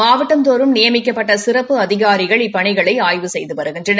மாவட்டந்தோறும் நியமிக்கப்ட்ட சிறப்பு அதிகாரிகள் இப்பணிகளை அய்வு செய்து வருகின்றனர்